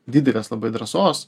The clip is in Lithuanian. didelės labai drąsos